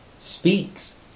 speaks